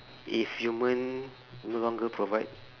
if human no longer provides